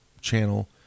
channel